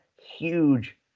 huge